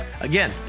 Again